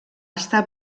estar